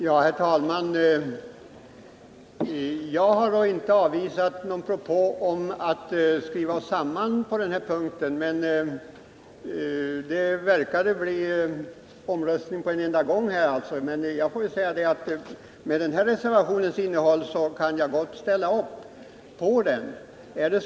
Herr talman! Jag har inte avvisat någon propå om att skriva oss samman på den här punkten — det var ju omröstning utan vidare diskussion. Men jag vill säga att som reservationen är formulerad kan jag gott ställa upp bakom den.